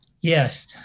Yes